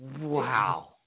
Wow